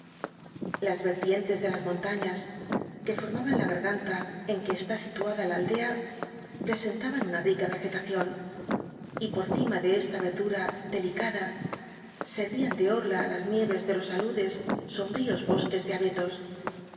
nubes lientcs de las montañas ue forman la i as ve garganta en que esta situada la aldea presentaban una rica vcgetacion y por cima de esta verdura delicada senian de orla á las nieves de los aludes sombríos bosques de abetos